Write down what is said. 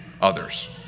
others